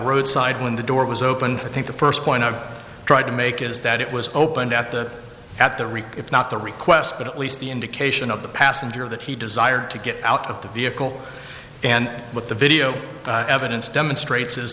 roadside when the door was open i think the first point i tried to make is that it was opened at the at the rick if not the request but at least the indication of the passenger that he desired to get out of the vehicle and what the video evidence demonstrates is